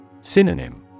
Synonym